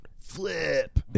Flip